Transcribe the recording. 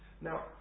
Now